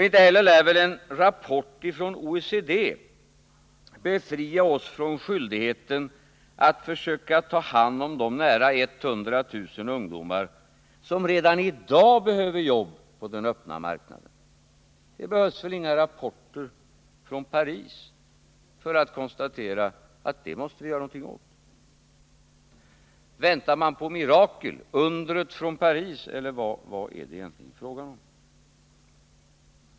Inte heller lär väl en rapport från OECD befria oss från skyldigheten att försöka ta hand om de nära 100 000 ungdomar som redan i dag behöver jobb på den öppna marknaden. Det behövs väl inga rapporter från Paris för att konstatera att det måste vi göra någonting åt! Väntar man på mirakel, ett under från Paris, eller vad är det egentligen frågan om?